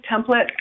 template